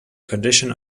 condition